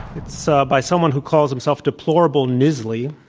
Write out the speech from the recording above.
it's so by someone who calls himself deplorable nizzly.